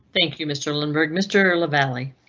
thank you mr limburg mr lavalley.